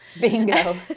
Bingo